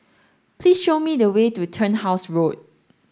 please show me the way to Turnhouse Road